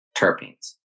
terpenes